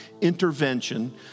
intervention